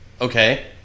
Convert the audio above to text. Okay